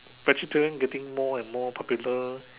vegetarian getting more and more popular